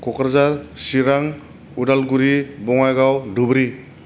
Kokrajhar Chirang Udalguri Bongaigaon Dhubri